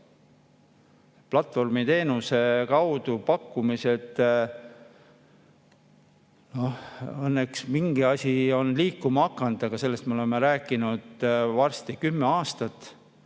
Platvormiteenuse kaudu pakkumised – õnneks mingi asi on liikuma hakanud, aga sellest me oleme rääkinud varsti kümme aastat,